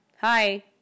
Hi